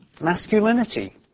masculinity